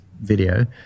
video